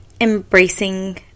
embracing